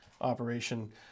operation